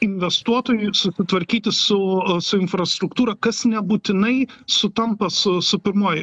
investuotojui susitvarkyti su su infrastruktūra kas nebūtinai sutampa su su pirmuoju